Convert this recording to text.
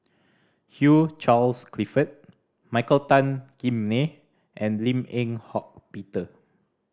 Hugh Charles Clifford Michael Tan Kim Nei and Lim Eng Hock Peter